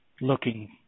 looking